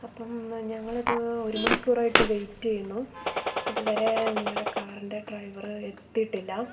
അപ്പം ഞങ്ങളിത് ഒരു മണിക്കൂറായിട്ട് വെയിറ്റ് ചെയുന്നു ഇത്വരെ നിങ്ങടെ കാറിൻ്റെ ഡ്രൈവറ് എത്തിയിട്ടില്ല